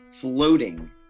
floating